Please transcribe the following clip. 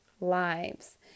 lives